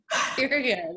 Period